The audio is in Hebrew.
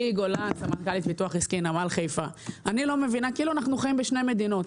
לא מבינה כאילו אנחנו חיים בשתי מדינות.